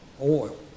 oil